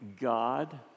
God